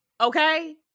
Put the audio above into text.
Okay